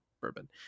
bourbon